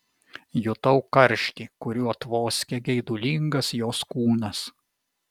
jutau karštį kuriuo tvoskė geidulingas jos kūnas